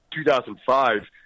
2005